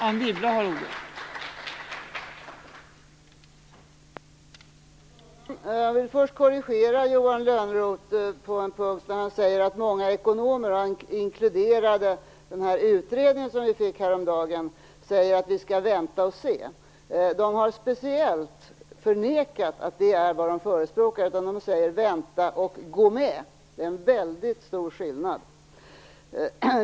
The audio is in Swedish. Fru talman! Jag vill först korrigera Johan Lönnroth på en punkt. Han sade att många ekonomer instämmer i det som den utredning som presenterades häromdagen kom fram till, att vi skall vänta och se. Utredarna har speciellt förnekat att de förespråkar detta. De säger i stället att vi skall vänta och gå med. Det är en väldigt stor skillnad.